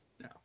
No